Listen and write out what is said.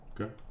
Okay